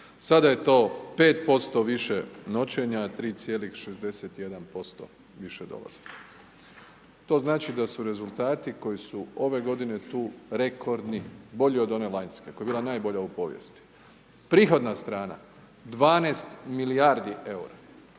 Sada je to 5% više noćenja, 3.61% više dolazaka. To znači da su rezultati koji su ove godine tu rekordni, bolji od one lanjske koja je bila najbolja u povijesti. Prihodna strana 12 milijardi eura,